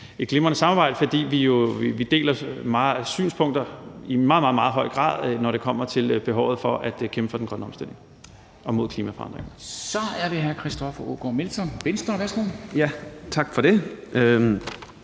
et glimrende samarbejde med, fordi vi deler synspunkter i meget, meget høj grad, når det kommer til behovet for at kæmpe for den grønne omstilling og mod klimaforandringer. Kl. 14:00 Formanden (Henrik Dam Kristensen): Så er det